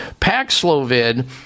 paxlovid